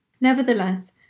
Nevertheless